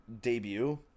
debut